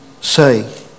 say